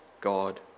God